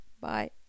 bye